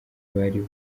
bari